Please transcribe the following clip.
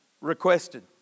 requested